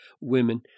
women